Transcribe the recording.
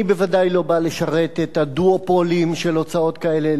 אני בוודאי לא בא לשרת את הדואופולים של הוצאות כאלה או של הוצאות כאלה,